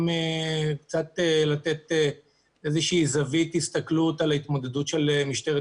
גם קצת לתת זווית הסתכלות על ההתמקדות של משטרת